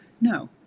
No